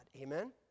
amen